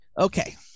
Okay